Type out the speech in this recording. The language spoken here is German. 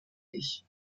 ich